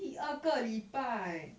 第二个礼拜